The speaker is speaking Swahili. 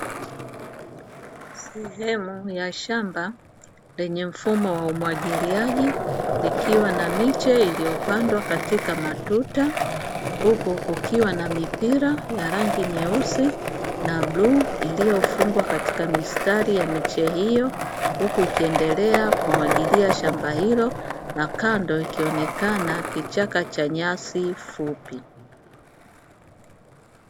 Sehemu ya shamba lenye mfumo wa umwagiliaji likiwa na miche iliyopandwa katika matuta huku kukiwa na mipira ya rangi nyeusi na bluu iliyofungwa katika mistari ya miche hiyo, huku ikiendelea kumwagilia shamba hilo na kando ikionekana kichaka cha nyasi fupi.